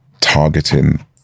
targeting